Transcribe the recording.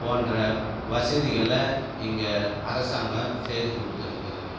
போன்ற வசதிகளை இங்கே அரசாங்கம் செய்து கொடுத்துருக்கிறது